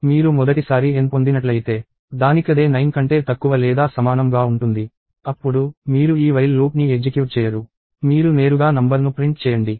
మీరు మొదటిసారి N పొందినట్లయితే దానికదే 9 కంటే తక్కువ లేదా సమానం గా ఉంటుంది అప్పుడు మీరు ఈ while లూప్ని ఎగ్జిక్యూట్ చేయరు మీరు నేరుగా నంబర్ను ప్రింట్ చేయండి